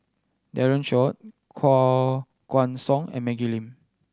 Daren Shiau Koh Guan Song and Maggie Lim